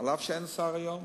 אף שהיום אין שר והוא